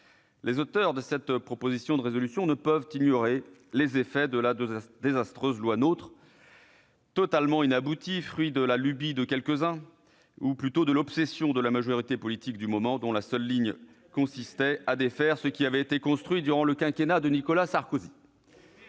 Les auteurs de cette proposition de résolution ne peuvent ignorer les effets de la désastreuse loi NOTRe, totalement inaboutie, fruit de la lubie de quelques-uns, ou plutôt de l'obsession de la majorité politique du moment, dont la seule ligne consistait à défaire ce qui avait été construit durant le quinquennat de Nicolas Sarkozy.